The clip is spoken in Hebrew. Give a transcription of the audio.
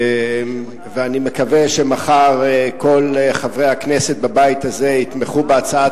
ואני מקווה שמחר כל חברי הכנסת בבית הזה יתמכו בהצעת